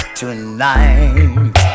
tonight